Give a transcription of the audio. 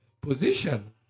position